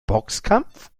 boxkampf